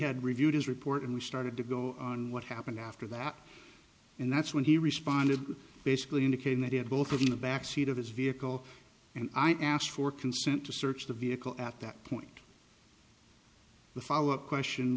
had reviewed his report and we started to go on what happened after that and that's when he responded basically indicating that he had both of in the back seat of his vehicle and i asked for consent to search the vehicle at that point the follow up question